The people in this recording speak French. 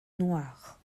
noirs